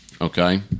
Okay